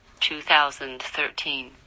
2013